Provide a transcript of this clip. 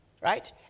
right